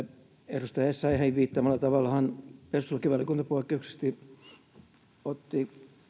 edustaja essayahin viittaamalla tavallahan perustuslakivaliokunta poikkeuksellisesti otti